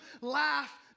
Laugh